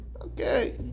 Okay